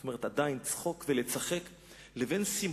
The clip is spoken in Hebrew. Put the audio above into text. זאת אומרת עדיין צחוק, לבין שמחה.